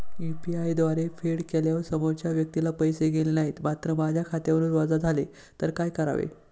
UPI द्वारे फेड केल्यावर समोरच्या व्यक्तीला पैसे गेले नाहीत मात्र माझ्या खात्यावरून वजा झाले तर काय करावे?